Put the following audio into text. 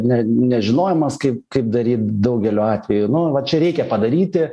ne nežinojimas kaip kaip daryt daugelio atveju nu va čia reikia padaryti